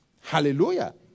Hallelujah